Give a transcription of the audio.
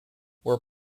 were